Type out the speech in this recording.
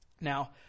Now